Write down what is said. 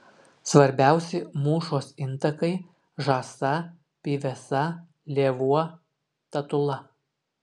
svarbiausi mūšos intakai žąsa pyvesa lėvuo tatula